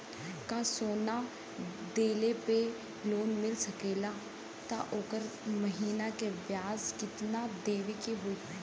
का सोना देले पे लोन मिल सकेला त ओकर महीना के ब्याज कितनादेवे के होई?